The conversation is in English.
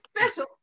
special